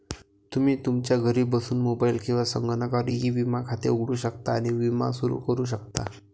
तुम्ही तुमच्या घरी बसून मोबाईल किंवा संगणकावर ई विमा खाते उघडू शकता आणि विमा सुरू करू शकता